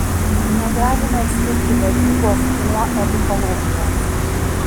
negalime atskirti vadybos nuo edukologijos